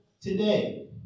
today